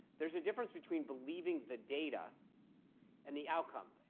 there's a difference between believing the data and the outcome.